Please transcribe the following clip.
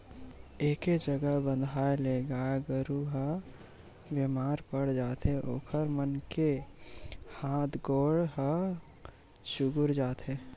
एके जघा बंधाए ले गाय गरू ह बेमार पड़ जाथे ओखर मन के हात गोड़ ह चुगुर जाथे